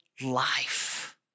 life